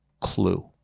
clue